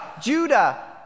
Judah